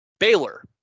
Baylor